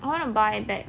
I want to buy back